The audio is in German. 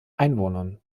einwohnern